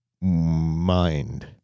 mind